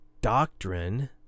doctrine